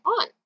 on